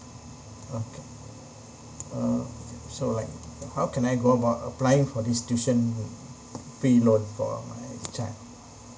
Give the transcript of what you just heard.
okay uh so like how can I go about applying for this tuition fee loan for my child